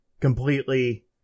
completely